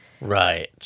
Right